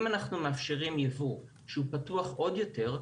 אם אנחנו מאפשרים ייבוא שהוא פתוח עוד יותר,